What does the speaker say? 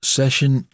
Session